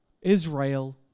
Israel